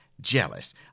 jealous